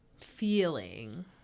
feeling